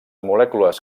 molècules